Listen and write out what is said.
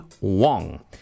Wong